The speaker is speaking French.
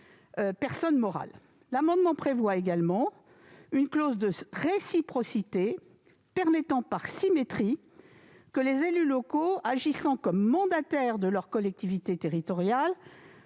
L'amendement vise également à prévoir une clause de réciprocité permettant, par symétrie, aux élus locaux agissant comme mandataires de leur collectivité territoriale